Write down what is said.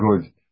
good